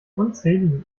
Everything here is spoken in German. unzähligen